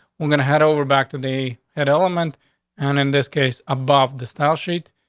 we're gonna head over back today at element and in this case above the style sheet.